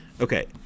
Okay